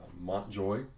Montjoy